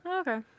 Okay